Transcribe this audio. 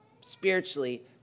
spiritually